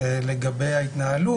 לגבי ההתנהלות,